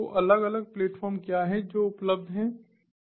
तो अलग अलग प्लेटफ़ॉर्म क्या हैं जो उपलब्ध हैं